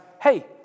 hey